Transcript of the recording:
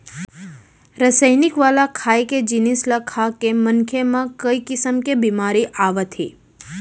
रसइनिक वाला खाए के जिनिस ल खाके मनखे म कइ किसम के बेमारी आवत हे